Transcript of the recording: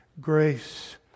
grace